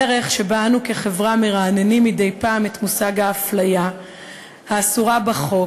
הדרך שבה אנו כחברה מרעננים מדי פעם את מושג האפליה האסורה בחוק,